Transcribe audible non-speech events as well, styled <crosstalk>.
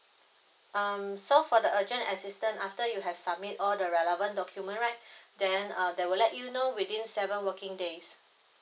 um so for the urgent assistance after you have submit all the relevant document right <breath> then uh they will let you know within seven working days